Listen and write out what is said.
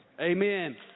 Amen